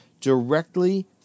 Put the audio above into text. directly